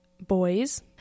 boys